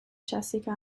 jessica